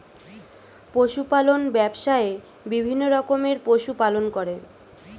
পশু পালন ব্যবসায়ে বিভিন্ন রকমের পশু পালন করে